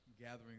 gathering